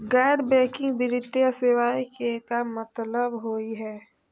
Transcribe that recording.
गैर बैंकिंग वित्तीय सेवाएं के का मतलब होई हे?